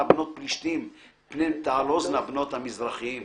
בנות פלישתים פן תעלוזנה בנות המזרחים.